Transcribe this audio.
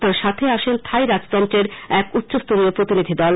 তাঁর সাখে আসেন থাই রাজতন্ত্রের এক উষ্কস্তরীয় প্রতিনিধিদল